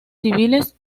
civiles